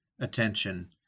attention